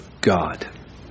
God